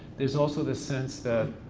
there's also the sense that.